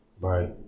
right